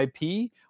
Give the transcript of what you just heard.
IP